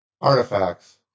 artifacts